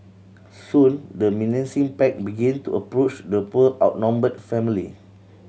soon the menacing pack begin to approach the poor outnumbered family